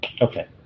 Okay